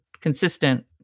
consistent